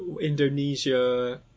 Indonesia